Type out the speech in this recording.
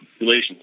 relations